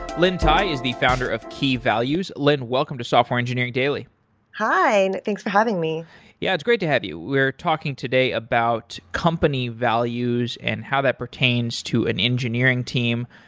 lynne tye is the founder of key values. lynne, welcome to software engineering daily hi. thanks for having me yeah, it's great to have you. we're talking today about company values and how that pertains to an engineering team.